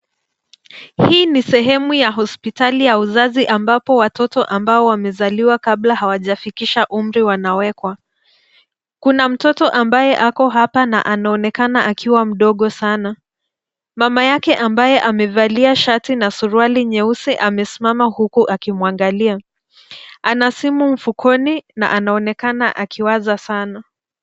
Hii ni sehemu ya hospitali ya uzazi ambapo watoto ambao wamezaliwa kabla hawajafikisha umri wanawekwa. Kuna mtoto ambaye ako hapa na anaonekana akiwa mdogo sana. Mama yake ambaye amevalia shati na suruali nyeusi amesimama huku akimwangalia. Ana simu mfukoni na anaonekana akiwaza sana.